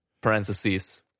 parentheses